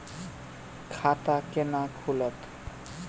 खाता केना खुलत?